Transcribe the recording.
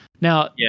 Now